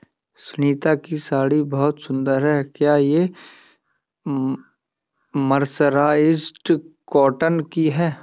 सुनीता की साड़ी बहुत सुंदर है, क्या ये मर्सराइज्ड कॉटन की है?